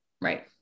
right